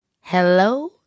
Hello